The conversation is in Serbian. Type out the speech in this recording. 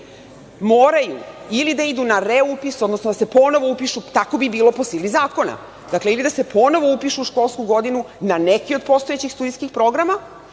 moraju ili da idu na reupis, odnosno da se ponovo upišu, tako bi bilo po sili zakona. Ili da se ponovo upišu u školsku godinu na neki od postojećih studijskih programa